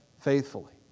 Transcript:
faithfully